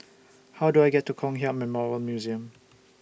How Do I get to Kong Hiap Memorial Museum